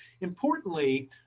Importantly